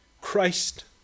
Christ